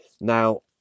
Now